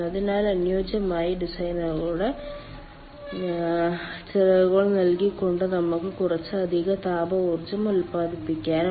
അതിനാൽ അനുയോജ്യമായ ഡിസൈനുകളുടെ ചിറകുകൾ നൽകിക്കൊണ്ട് നമുക്ക് കുറച്ച് അധിക താപ ഊർജ്ജം ഉൽപ്പാദിപ്പിക്കാനാകും